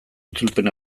itzulpen